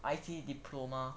I_T_E diploma